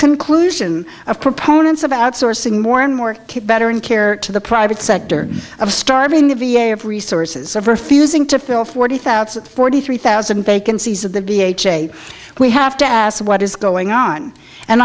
conclusion of proponents of outsourcing more and more better and care to the private sector of starving the v a of resources of refusing to fill forty thousand forty three thousand vacancies of the b h a we have to ask what is going on and